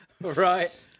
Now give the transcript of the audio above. right